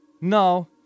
No